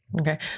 Okay